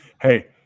Hey